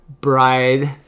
bride